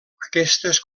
aquestes